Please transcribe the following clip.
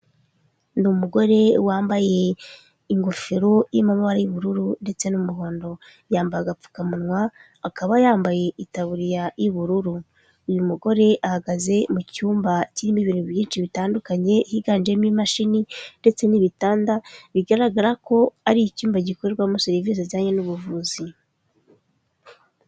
Ni umugore wambaye ingofero irimo amabara y'ubururu ndetse n'umuhondo. Yambaye agapfukamunwa, akaba yambaye itaburiya y'ubururu. Uyu mugore ahagaze mu cyumba kirimo ibintu byinshi bitandukanye higanjemo imashini ndetse n'ibitanda, bigaragara ko ari icyumba gikorerwamo serivisi zijyanye n'ubuvuzi.